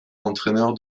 entraîneur